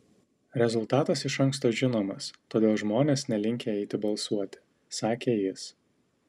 rezultatas iš anksto žinomas todėl žmonės nelinkę eiti balsuoti sakė jis